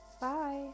bye